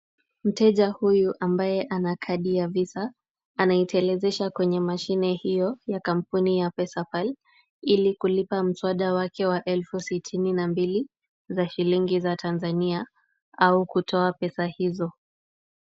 Mteja huyu ambaye ana kadi ya Visa, anaitelezesha kwenye mashine hiyo ya kampuni ya Pesapal, ili kulipa mswada wake wa shilingi elfu sitini na mbili za shilingi za Tanzania au kutoa pesa hizo.